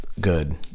good